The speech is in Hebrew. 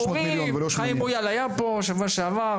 חיים מויאל היה פה בשבוע שעבר,